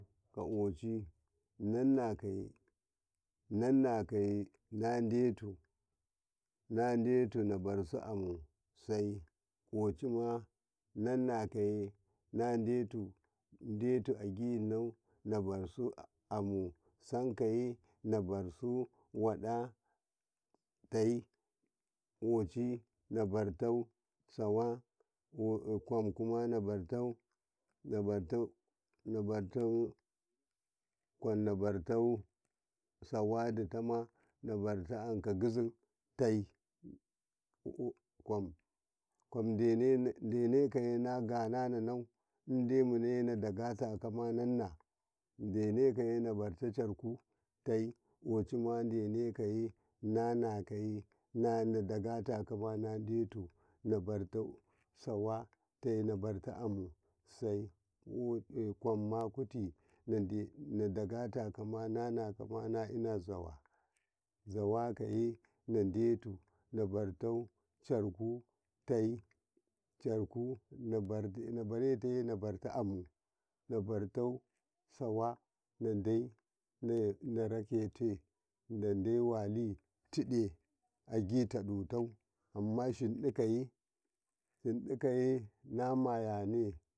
﻿ka ochi nannakaye nannakaye nadeto nadeto nabarsu amu sai ochima nanna kaye nadeto deto'a gino nabarasu amu sakaye nabarasu waɗato ƙochi nabarto sawa kwamkuwa nabartenate kwam nadanate ditama nabarte sawa ditama akigizintun kwam kwam denema dito nato ideina nada gatako nannana denekaye nabarto caraku te ƙochima denekaye nanakaye nadagataye deto nadarto sawa nabartu sai kwamma kuti nade nadagataki mana inazawa zawakaye nadoto caroku teyi caraku nabarete nabarete amu nabartu sawa nadei narakete na dawali tida ajitautte amman mashidakaye hinɗakaye.